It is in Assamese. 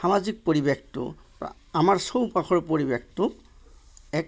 সামাজিক পৰিৱেশটো বা আমাৰ চৌপাশৰ পৰিৱেশটো এক